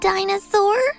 Dinosaur